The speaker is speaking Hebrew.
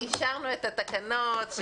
אישרנו את התקנות.